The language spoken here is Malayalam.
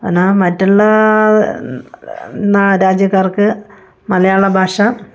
എന്നാ മറ്റുള്ള രാജ്യക്കാർക്ക് മലയാള ഭാഷ